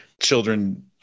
children